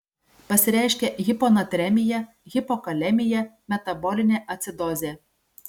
pasireiškia hiponatremija hipokalemija metabolinė acidozė